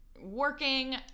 working